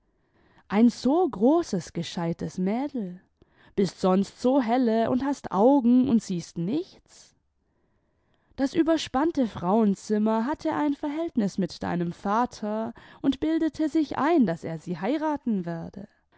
ein so großes gescheites mädel bist sonst so helle imd hast augen und siehst nichts das überspannte frauenzimmer hatte ein verhältnis mit deinem vater und bildete sich ein daß er sie heiraten werde